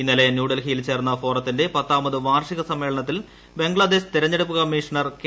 ഇന്നലെ ന്യൂഡൽഹിയിൽ ചേർന്ന ഫോറത്തിന്റെ പത്താമത് വാർഷിക സമ്മേളനത്തിൽ ബംഗ്ലാദേശ് തിരഞ്ഞെടുപ്പ് കമ്മീഷണർ കെ